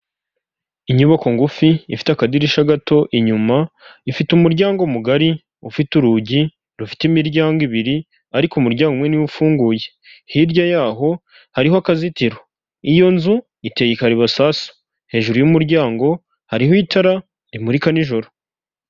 Inyubako ngufi ifite akadirisha gato inyuma, ifite umuryango mugari, ufite urugi rufite imiryango ibiri, ariko umuryango umwe ni wo ufunguye. Hirya yaho hariho akazizitiro. Iyo nzu iteye ikarabasasu. Hejuru y'umuryango hariho itara rimurika nijoro.